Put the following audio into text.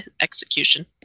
execution